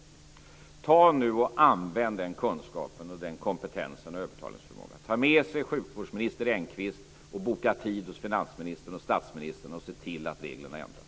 Ingela Thalén, ta nu och använd den kunskapen, kompetensen och övertalningsförmågan och ta med sjukvårdsminister Engqvist och boka tid hos finansministern och statsministern och se till att reglerna ändras.